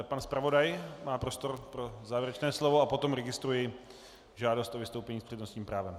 Pan zpravodaj má prostor pro závěrečné slovo a potom registruji žádost o vystoupení s přednostním právem.